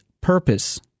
purpose